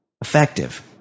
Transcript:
effective